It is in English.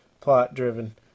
plot-driven